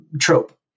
trope